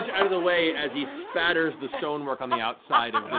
out of the way as he spatters the stonework on the outside